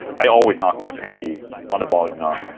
i always knock my pinky on the volume knob